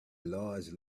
large